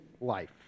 Life